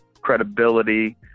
credibility